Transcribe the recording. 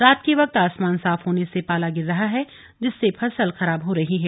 रात के वक्त आसमान साफ होने से पाला गिर रहा है जिससे फसल खराब हो रही है